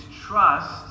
trust